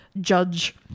Judge